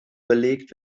belegt